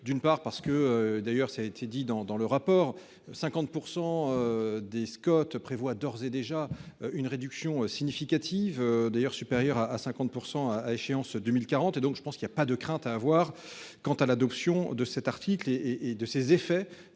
D'une part parce que d'ailleurs ça a été dit dans dans le rapport 50%. Des Scott prévoit d'ores et déjà une réduction significative d'ailleurs supérieure à 50% à échéance 2040 et donc je pense qu'il y a pas de crainte à avoir. Quant à l'adoption de cet article et et de ses effets